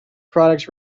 products